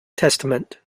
testament